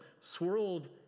swirled